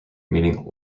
meaning